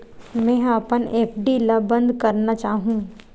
मेंहा अपन एफ.डी ला बंद करना चाहहु